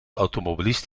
automobilist